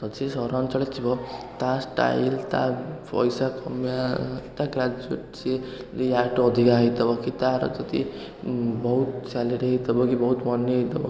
ତ ସେ ସହରାଞ୍ଚଳରେ ଥିବ ତା ଷ୍ଟାଇଲ ତା ପଇସା କମେଇବା ତା ଗ୍ରାଜୁଏଟ୍ ସିଏ ୟାଠୁ ଅଧିକା ହେଇଥିବ କି ତା'ର ଯଦି ବହୁତ ସାଲେରି ହେଇଥିବ କି ବହୁତ ମନି ହେଇଥିବ